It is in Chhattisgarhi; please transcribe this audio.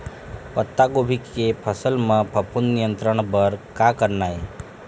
पत्तागोभी के फसल म फफूंद नियंत्रण बर का करना ये?